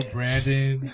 Brandon